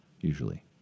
usually